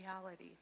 reality